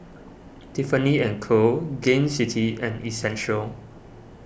Tiffany and Co Gain City and Essential